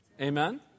Amen